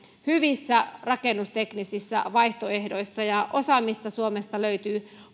hyvissä rakennusteknisissä vaihtoehdoissa ja osaamista suomesta löytyy